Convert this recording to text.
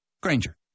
Granger